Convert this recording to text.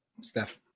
Steph